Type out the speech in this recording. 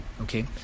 okay